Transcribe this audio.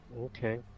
okay